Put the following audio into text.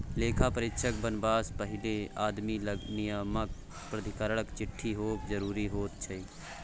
लेखा परीक्षक बनबासँ पहिने आदमी लग नियामक प्राधिकरणक चिट्ठी होएब जरूरी होइत छै